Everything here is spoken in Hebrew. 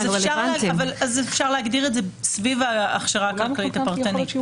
אז אפשר להגדיר את זה סביב ההכשרה הכלכלית הפרטנית.